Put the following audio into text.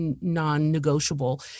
non-negotiable